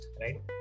right